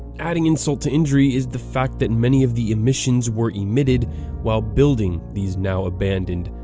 adding insult to injury is the fact that and many of the emissions were emitted while building these now abandoned,